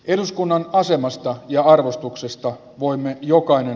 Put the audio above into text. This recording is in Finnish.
eduskunnan asemasta ja arvostuksesta voimme jokainen